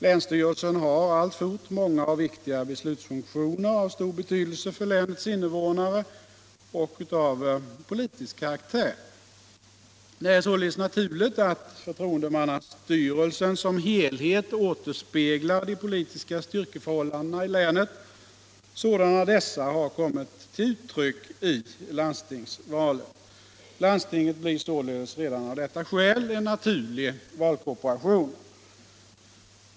Länsstyrelsen har alltfort många och viktiga beslutsfunktioner av stor betydelse för länets invånare och av politisk karaktär. Det är således naturligt att förtroendemannastyrelsen som helhet återspeglar de politiska styrkeförhållandena i länet sådana dessa har kommit till uttryck i landstingsvalet. Landstinget blir således redan av detta skäl en naturlig valkorporation.